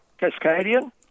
Cascadian